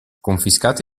confiscati